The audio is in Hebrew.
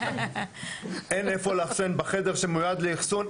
אין איפה לאחסן בחדר שמיועד לאחסון.